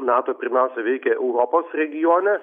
nato pirmiausia veikia europos regione